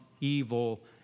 evil